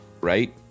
right